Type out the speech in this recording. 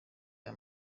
aya